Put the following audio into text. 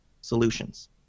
solutions